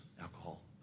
alcohol